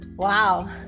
Wow